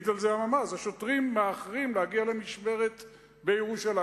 והעיד על זה הממ"ז שהשוטרים מאחרים להגיע למשמרת בירושלים,